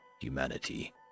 humanity